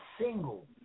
single